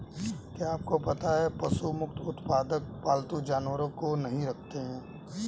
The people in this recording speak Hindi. क्या आपको पता है पशु मुक्त उत्पादक पालतू जानवरों को नहीं रखते हैं?